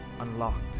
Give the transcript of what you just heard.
unlocked